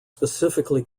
specifically